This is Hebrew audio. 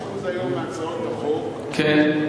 90% מהצעות החוק היום, כן?